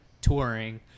touring